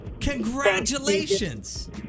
Congratulations